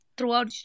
Throughout